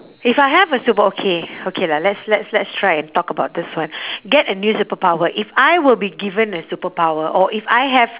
if I have a super~ okay okay lah let's let's let's try and talk about this one get a new superpower if I will be given a superpower or if I have